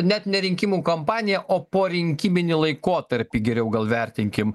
net ne rinkimų kompaniją o porinkiminį laikotarpį geriau gal vertinkim